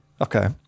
Okay